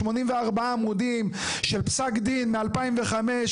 84 עמודים של פסק דין מ-2005,